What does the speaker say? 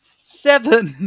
Seven